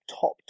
top